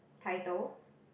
title